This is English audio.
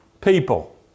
people